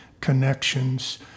connections